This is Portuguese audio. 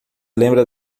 lembra